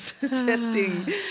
testing